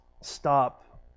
stop